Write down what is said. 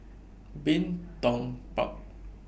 Bin Tong Park